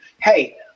Hey